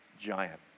giant